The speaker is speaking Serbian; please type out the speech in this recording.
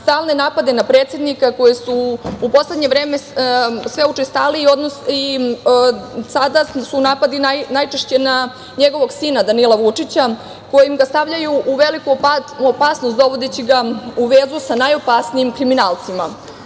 stalne napade na predsednika koji su u poslednje vreme sve učestaliji i sada su napadi najčešće na njegovog sina Danila Vučića, kojim ga stavljaju u veliku opasnost, dovodeći ga u vezu sa najopasnijim kriminalcima. Prethodnih